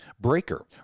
Breaker